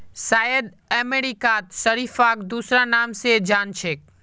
शायद अमेरिकात शरीफाक दूसरा नाम स जान छेक